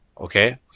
Okay